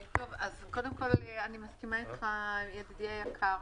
אז קודם כול, אני מסכימה איתך, ידידי היקר,